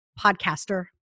Podcaster